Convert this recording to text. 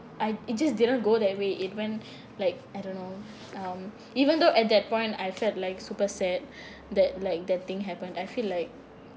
I it just didn't go that way it went like I don't know um even though at that point I felt like super sad that like that thing happened I feel like